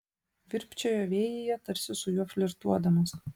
virpčiojo vėjyje tarsi su juo flirtuodamos